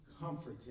comforted